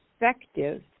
effective